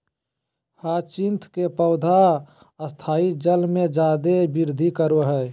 hyacinth के पौधा स्थायी जल में जादे वृद्धि करा हइ